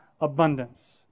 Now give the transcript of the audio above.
abundance